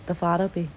the father pay